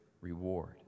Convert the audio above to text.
reward